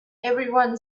everyone